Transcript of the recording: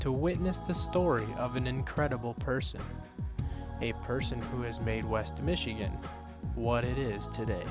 to witness the story of an incredible person a person who has made west michigan what it is today